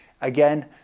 Again